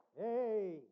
Hey